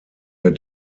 der